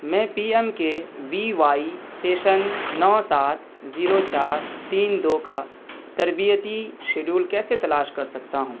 میں P M K V Y session نو سات زیرو چار تین دو کا تربیتی شیڈول کیسے تلاش کر سکتا ہوں